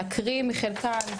להקריא מחלקן.